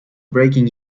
breaking